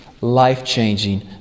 life-changing